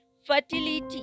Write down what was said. fertility